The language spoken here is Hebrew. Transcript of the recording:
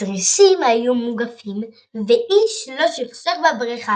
התריסים היו מוגפים, ואיש לא שכשך בברכה